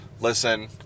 listen